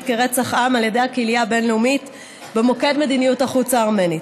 כרצח עם על ידי הקהילה הבין-לאומית במוקד מדיניות החוץ הארמנית.